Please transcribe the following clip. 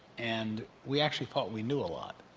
and we actually thought we knew a lot.